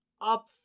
up